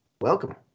welcome